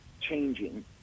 changing